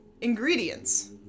ingredients